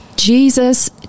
Jesus